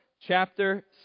chapter